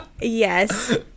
yes